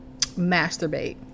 Masturbate